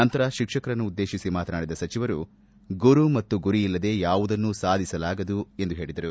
ನಂತರ ಶಿಕ್ಷಕರನ್ನು ಉದ್ದೇಶಿಸಿ ಮಾತನಾಡಿದ ಸಚಿವರು ಗುರು ಮತ್ತು ಗುರಿಯಿಲ್ಲದೆ ಯಾವುದನ್ನೂ ಸಾಧಿಸಲಾಗದು ಎಂದು ಹೇಳಿದರು